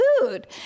food